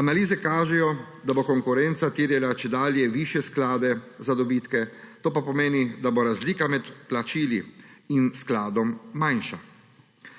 Analize kažejo, da bo konkurenca terjala čedalje višje sklade za dobitke, to pa pomeni, da bo razlika med vplačili in skladom manjša.